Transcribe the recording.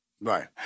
Right